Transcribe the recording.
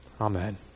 Amen